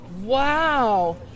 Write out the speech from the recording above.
Wow